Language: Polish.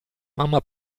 mama